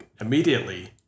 immediately